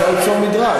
אפשר לעשות מדרג.